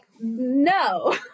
no